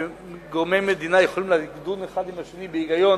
שגורמי מדינה יכולים לדון אחד עם השני בהיגיון